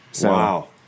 Wow